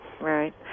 Right